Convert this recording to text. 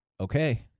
Okay